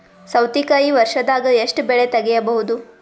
ಸೌತಿಕಾಯಿ ವರ್ಷದಾಗ್ ಎಷ್ಟ್ ಬೆಳೆ ತೆಗೆಯಬಹುದು?